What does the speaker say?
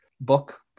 book